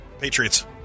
Patriots